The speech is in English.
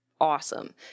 awesome